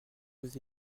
vous